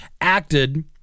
acted